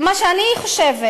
מה שאני חושבת,